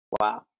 Wow